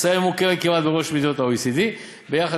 ישראל ממוקמת כמעט בראש מדינות ה-OECD ביחס